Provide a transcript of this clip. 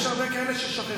יש הרבה כאלה ששכחו.